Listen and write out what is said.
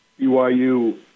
BYU